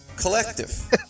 collective